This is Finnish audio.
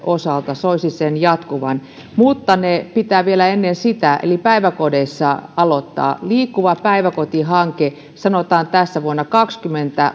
osalta soisi sen jatkuvan mutta se pitää vielä ennen sitä eli päiväkodeissa aloittaa liikkuva päiväkoti hanke sanotaan tässä kaksikymmentä